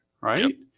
right